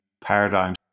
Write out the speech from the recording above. paradigm